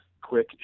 quick